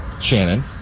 Shannon